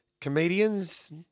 comedians